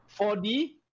4D